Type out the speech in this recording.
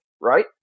right